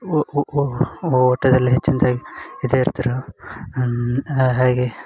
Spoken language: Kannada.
ಓಟದಲ್ಲೇ ಹೆಚ್ಚಿನದಾಗಿ ಇದೇ ಇರ್ತರೆ ಹಾಗೆ